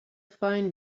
fine